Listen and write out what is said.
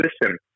listen